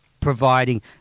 providing